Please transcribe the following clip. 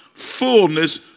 fullness